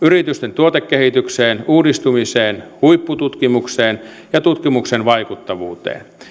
yritysten tuotekehitykseen uudistumiseen huippututkimukseen ja tutkimuksen vaikuttavuuteen